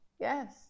yes